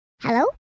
Hello